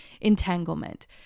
entanglement